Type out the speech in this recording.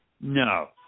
No